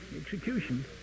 Execution